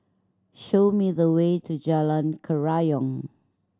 show me the way to Jalan Kerayong